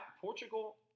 Portugal